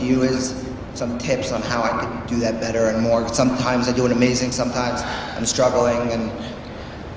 you is some tips on how i can do that better or and more. sometimes i do it amazing, sometimes i'm struggling. and